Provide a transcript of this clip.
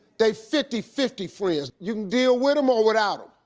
they fifty fifty friends. you can deal with em or without em.